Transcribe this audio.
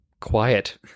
quiet